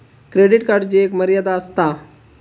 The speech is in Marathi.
क्रेडिट कार्डची एक मर्यादा आसता